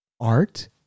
art